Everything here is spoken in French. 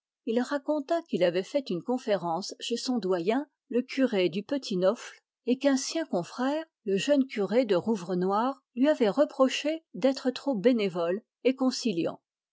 il raconta qu'il avait une conférence chez son doyen le curé du petit neauphle et qu'un sien confrère le curé de rouvrenoir lui avait reproché d'être trop bénévole et conciliant